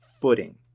footing